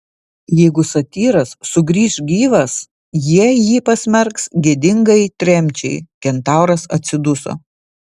jeigu satyras sugrįš gyvas jie jį pasmerks gėdingai tremčiai kentauras atsiduso